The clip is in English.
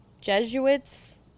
Jesuits